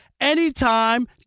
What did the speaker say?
anytime